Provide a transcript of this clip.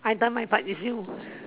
I done my part is you